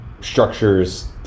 structures